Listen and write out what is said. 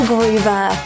Groover